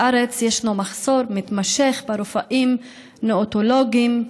בארץ ישנו מחסור מתמשך ברופאים נאונטולוגים,